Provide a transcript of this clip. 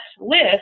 list